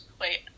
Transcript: wait